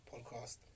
Podcast